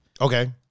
Okay